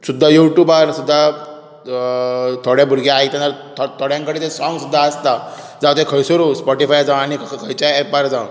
सुदा यू ट्यूबार सुद्दा थोडे भुरगे आयकना थोड्यां कडेन ते सोंग सुदा आसता जावं ते खंयसरूय स्पोटीफाय जावं ते खंयच्या एपार जावं